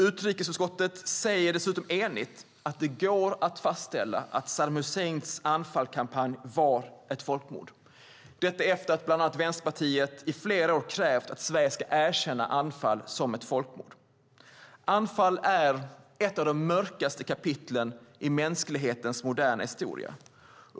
Utrikesutskottet säger dessutom enigt att det går att fastställa att Saddam Husseins Anfalkampanj var ett folkmord - detta efter att bland annat Vänsterpartiet i flera år har krävt att Sverige ska erkänna Anfal som ett folkmord. Anfal är ett av de mörkaste kapitlen i mänsklighetens moderna historia.